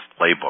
playbook